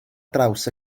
draws